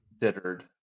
considered